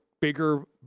bigger